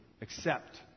accept